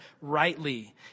rightly